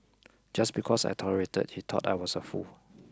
just because I tolerated he thought I was a fool